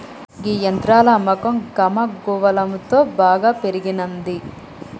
గీ యంత్రాల అమ్మకం గమగువలంతో బాగా పెరిగినంది